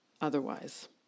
otherwise